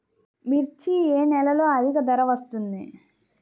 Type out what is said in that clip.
మిర్చి ఏ నెలలో అధిక ధర వస్తుంది?